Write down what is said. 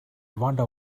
wonder